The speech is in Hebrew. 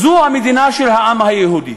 זו המדינה של העם היהודי.